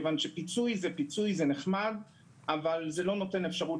פיצוי זה נחמד אבל זה לא נותן אפשרות